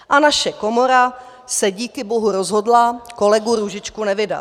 A naše komora se díky bohu rozhodla kolegu Růžičku nevydat.